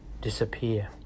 disappear